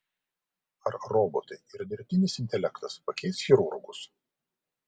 ar robotai ir dirbtinis intelektas pakeis chirurgus